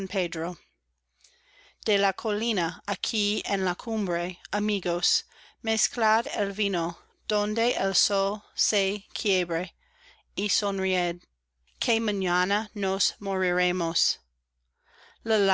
de la colina aquí en la cumbre amigos mezclad el vino donde el